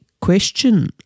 question